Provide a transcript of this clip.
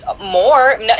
more